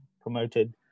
promoted